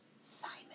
Simon